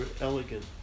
elegant